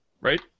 right